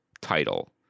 title